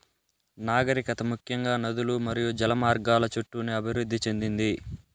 నాగరికత ముఖ్యంగా నదులు మరియు జల మార్గాల చుట్టూనే అభివృద్ది చెందింది